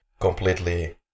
completely